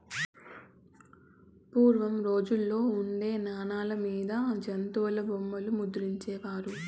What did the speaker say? పూర్వం రోజుల్లో ఉండే నాణాల మీద జంతుల బొమ్మలు ముద్రించే వారు